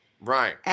Right